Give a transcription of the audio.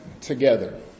together